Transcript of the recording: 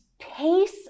pace